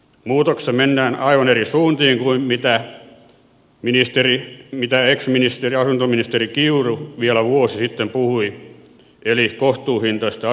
muutoksessa mennään aivan eri suuntiin kuin mitä ex asuntoministeri kiuru vielä vuosi sitten puhui kohtuuhintaisista asunnoista